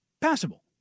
passable